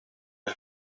les